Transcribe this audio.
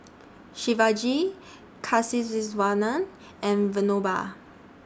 Shivaji Kasiviswanathan and Vinoba